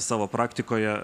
savo praktikoje